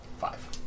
Five